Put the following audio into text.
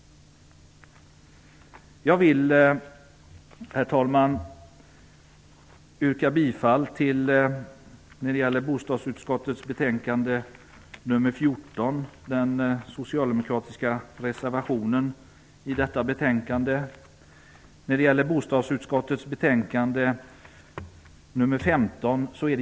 Herr talman! Jag vill yrka bifall till den socialdemokratiska reservationen till bostadsutskottets betänkande 14.